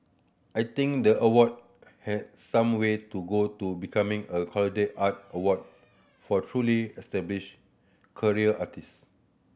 I think the award has some way to go to becoming a credible art award for truly established career artist